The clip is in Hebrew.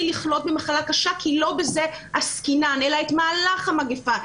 לחלות במחלה קשה כי לא בזה עסקינן אלא את מהלך המגיפה,